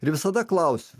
ir visada klausiu